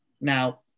Now